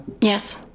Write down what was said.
Yes